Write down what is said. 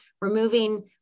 removing